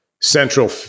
central